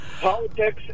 Politics